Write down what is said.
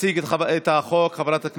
להמשך הכנתה לקריאה